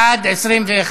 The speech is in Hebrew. בעד, 21,